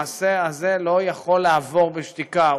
המעשה הזה לא יכול לעבור בשתיקה,